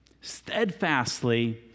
Steadfastly